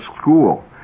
school